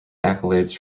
accolades